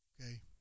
Okay